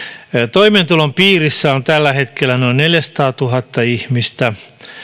toimeentulon piirissä on tällä hetkellä neljäsataatuhatta ihmistä